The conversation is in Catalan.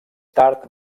tard